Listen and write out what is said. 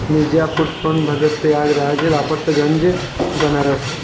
Mirzapur Sonbhadra Prayagraj Robertsganj Banaras